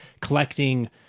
collecting